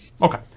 Okay